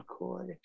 McCoy